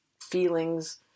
feelings